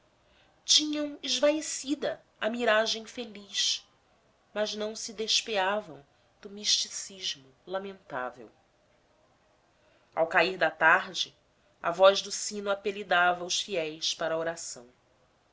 colinas tinham esvaecida a miragem feliz mas não se despeavam do misticismo lamentável as rezas ao cair da tarde a voz do sino apelidava os fiéis para a oração